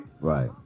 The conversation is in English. Right